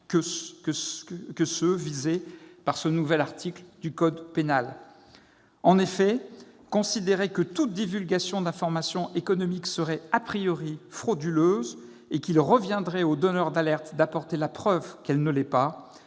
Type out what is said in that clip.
qui sont visés par ce nouvel article du code pénal. En effet, considérer que toute divulgation d'information économique serait frauduleuse et qu'il reviendrait au donneur d'alerte d'apporter la preuve qu'elle ne l'est pas